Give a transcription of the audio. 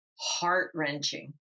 heart-wrenching